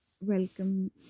welcome